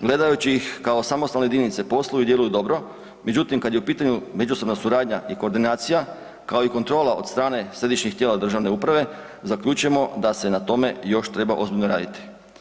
gledajući ih kao samostalne jedinice posluju i djeluju dobro međutim kad je u pitanju međusobna suradnja i koordinacija kao i kontrola od strane središnjih tijela državne uprave zaključujemo da se na tome još treba ozbiljno raditi.